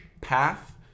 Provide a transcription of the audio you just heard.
path